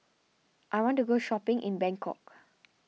I want to go shopping in Bangkok